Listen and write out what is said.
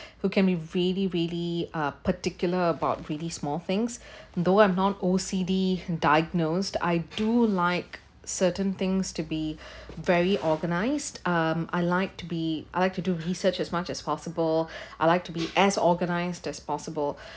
who can be really really uh particular about really small things though I am not O_C_D diagnosed I do like certain things to be very organised um I like to be I'd like to do research as much as possible I like to be as organised as possible